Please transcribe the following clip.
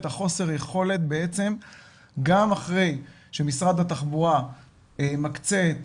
את חוסר היכולת גם אחרי שמשרד התחבורה מקצה את